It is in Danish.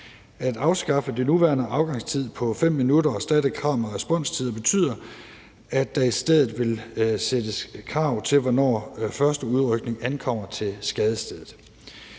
At afskaffe den nuværende afgangstid på 5 minutter og erstatte den med krav om responstider betyder, at der i stedet vil stilles krav til, hvornår første udrykning ankommer til skadestedet.